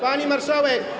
Pani Marszałek.